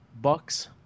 Bucks